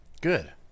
Good